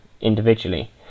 individually